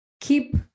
keep